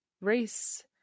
race